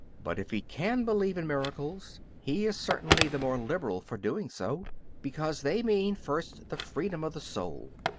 but if he can believe in miracles, he is certainly the more liberal for doing so because they mean first, the freedom of the soul,